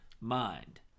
mind